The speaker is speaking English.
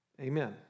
Amen